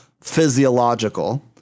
physiological